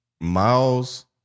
Miles